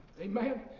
Amen